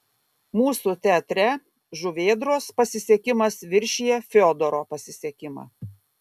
mūsų teatre žuvėdros pasisekimas viršija fiodoro pasisekimą